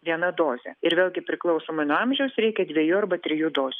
viena dozė ir vėlgi priklausomai nuo amžiaus reikia dviejų arba trijų dozių